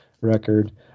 record